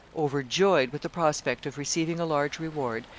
overjoyed with the prospect of receiving a large reward,